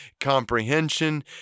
comprehension